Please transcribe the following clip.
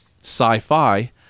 sci-fi